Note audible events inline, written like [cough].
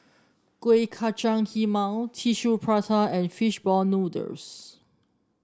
Kueh Kacang [unintelligible] Tissue Prata and fish ball noodles